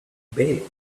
bailey